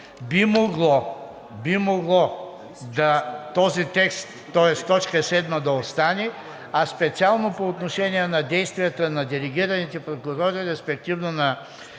Би могло този текст, тоест т. 7 да остане, а специално по отношение на действията на делегираните прокурори, респективно на